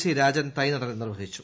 C Rajan തൈനടൽ നിർവഹിച്ചു